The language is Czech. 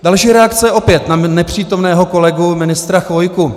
Další reakce, opět na nepřítomného kolegu ministra Chvojku.